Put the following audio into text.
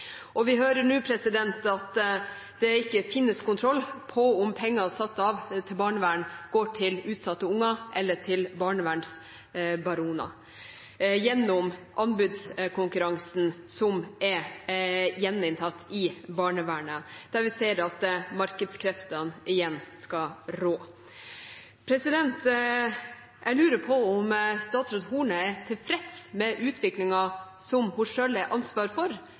Og vi hører nå at det ikke finnes kontroll med om penger satt av til barnevern går til utsatte unger eller til barnevernsbaroner – gjennom anbudskonkurransen, som er gjeninntatt i barnevernet, der vi ser at markedskreftene igjen skal rå. Jeg lurer på om statsråd Horne er tilfreds med utviklingen, som hun selv har ansvar for,